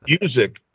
Music